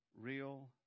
Real